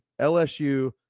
LSU